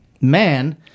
man